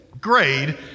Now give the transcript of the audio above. grade